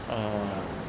orh